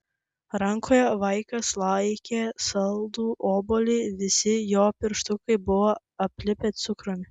rankoje vaikas laikė saldų obuolį visi jo pirštukai buvo aplipę cukrumi